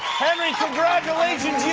henry, congratulations. you've